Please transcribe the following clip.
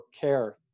care